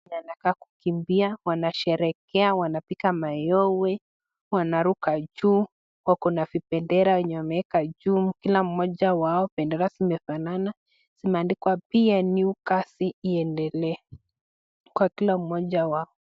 Wanakaa kukimbia , wanasherekea wanakpika mayowe wanaruka juu wako na vibendera yenye wameweka juu kila moja bendera zinafanana imeandikwa PNU kazi iendele kwa kila moja wao.